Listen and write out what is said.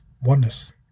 oneness